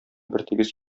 бертигез